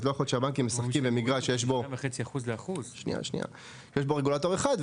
אז לא יכול להיות שהבנקים משחקים במגרש שיש בו רגולטור אחד,